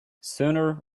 sooner